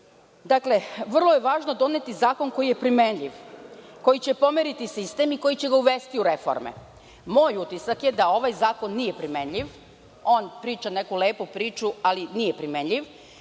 Dakle, vrlo je važno doneti zakon koji je primenjiv, koji će pomeriti sistem i koji će ga uvesti u reforme. Moj utisak je da ovaj zakon nije primenjiv. On priča neku lepu priču, ali nije primenjiv